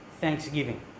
thanksgiving